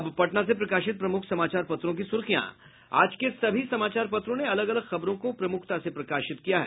अब पटना से प्रकाशित प्रमुख समाचार पत्रों की सुर्खियां आज के सभी समाचार पत्रों ने अलग अलग खबरों को प्रमुखता से प्रकाशित किया है